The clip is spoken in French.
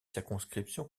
circonscription